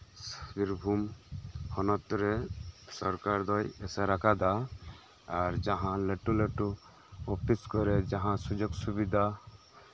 ᱵᱤᱨᱵᱷᱩᱢ ᱦᱚᱱᱚᱛᱨᱮ ᱥᱚᱨᱠᱟᱨ ᱫᱚᱭ ᱮᱥᱮᱨ ᱟᱠᱟᱫᱟ ᱟᱨ ᱡᱟᱸᱦᱟ ᱞᱟᱹᱴᱩ ᱞᱟᱹᱴᱩ ᱚᱯᱷᱤᱥ ᱠᱚᱨᱮ ᱥᱩᱡᱳᱜ ᱥᱩᱵᱤᱫᱷᱟ